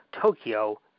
Tokyo